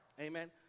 Amen